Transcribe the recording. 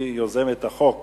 אם כך, אני קובע, הצעת החוק